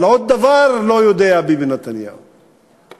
אבל עוד דבר ביבי נתניהו לא יודע: